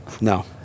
No